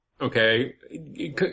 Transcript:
Okay